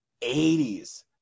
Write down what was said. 80s